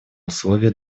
условие